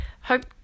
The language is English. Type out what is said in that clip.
hope